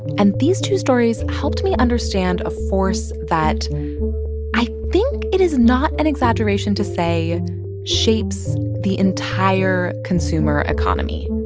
and these two stories helped me understand a force that i think it is not an exaggeration to say shapes the entire consumer economy.